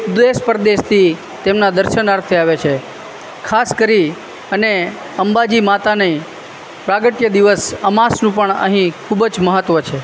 દેશ પરદેશથી તેમના દર્શનાર્થે આવે છે ખાસ કરી અને અંબાજી માતાને પ્રાગટ્ય દિવસ અમાસનું પણ અહીં ખૂબ જ મહત્ત્વ છે